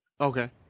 Okay